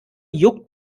juckt